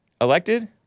Elected